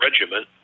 Regiment